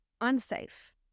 unsafe